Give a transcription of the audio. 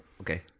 okay